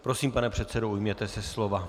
Prosím, pane předsedo, ujměte se slova.